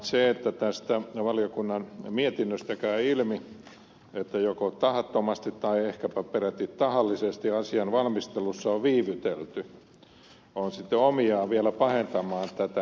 se että valiokunnan mietinnöstä käy ilmi että joko tahattomasti tai ehkäpä peräti tahallisesti asian valmistelussa on viivytelty on sitten omiaan vielä pahentamaan tätä tilannetta